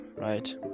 right